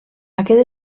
aquest